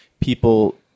people